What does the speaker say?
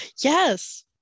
yes